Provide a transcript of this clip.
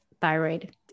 thyroid